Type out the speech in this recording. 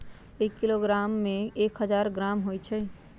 एक किलोग्राम में एक हजार ग्राम होई छई